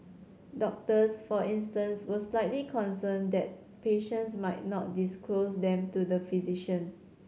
doctors for instance were slightly concerned that patients might not disclose them to the physician